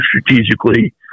strategically